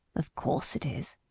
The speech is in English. of course it is,